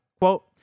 Quote